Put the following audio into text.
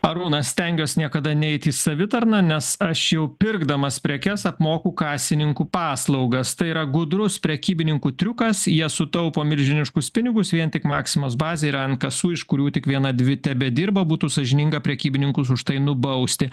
arūnas stengiuos niekada neit į savitarną nes aš jau pirkdamas prekes apmoku kasininkų paslaugas tai yra gudrus prekybininkų triukas jie sutaupo milžiniškus pinigus vien tik maksimos bazėje yra en kasų iš kurių tik viena dvi tebedirba būtų sąžininga prekybininkus už tai nubausti